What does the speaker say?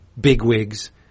bigwigs